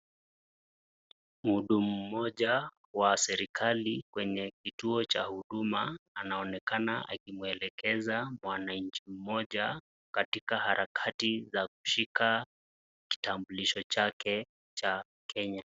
Muudumu moja wa serekali kwenye kituo cha huduma, anaonekaza akimuelekeza mwananchi moja katika harakati za kushika kitambulisho chake cha Kenya.